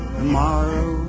tomorrow